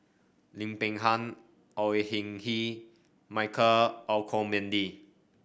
Lim Peng Han Au Hing Yee Michael Olcomendy